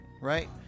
right